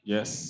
Yes